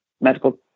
medical